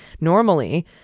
Normally